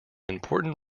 important